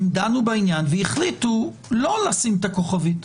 הם דנו בעניין והחליטו לא לשים את הכוכבית.